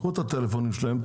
קחו את הטלפונים שלהם,